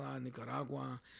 Nicaragua